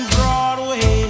Broadway